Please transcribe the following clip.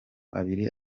abiri